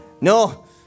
No